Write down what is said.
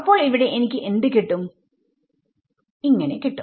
അപ്പോൾ ഇവിടെ എനിക്ക് എന്ത് കിട്ടും കിട്ടും